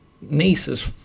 niece's